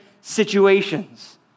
situations